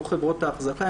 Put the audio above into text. לא חברות האחזקה,